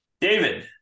David